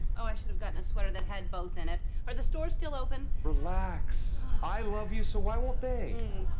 ah i should've gotten a sweater that had both in it. are the stores still open? relax. i love you, so why won't they?